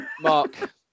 Mark